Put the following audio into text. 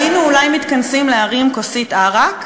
היינו אולי מתכנסים להרים כוסית עראק,